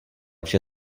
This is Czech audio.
vše